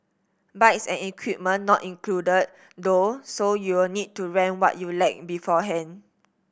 bikes and equipment not included though so you'll need to rent what you lack beforehand